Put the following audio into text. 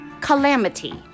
calamity